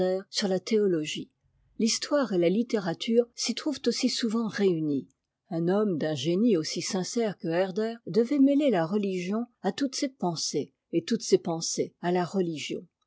sur la théologie l'histoire et la littérature s'y trouvent aussi souvent réunies un homme d'un génie aussi sincère que herder devait mêler la religion à toutes ses pensées et toutes ses pensées à la religion